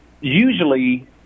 Usually